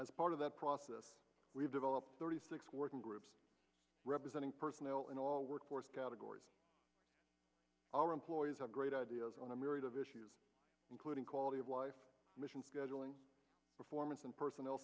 as part of that process we've developed thirty six working groups representing personnel in all workforce categories our employees have great ideas on a myriad of issues including quality of life mission scheduling performance and person